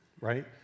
right